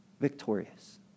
victorious